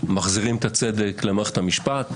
"מחזירים את הצדק למערכת המשפט".